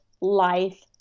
Life